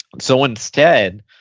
so instead,